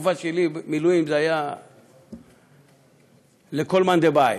בתקופה שלי מילואים היו לכל מאן דבעי,